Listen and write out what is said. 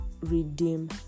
redeem